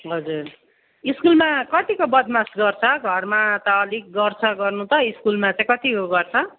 हजुर स्कुलमा कतिको बदमास गर्छ घरमा त अलिक गर्छ गर्नु त स्कुलमा चाहिँ कतिको गर्छ